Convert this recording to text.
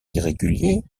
irréguliers